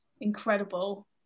incredible